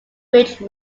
ridge